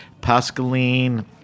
Pascaline